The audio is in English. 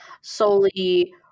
solely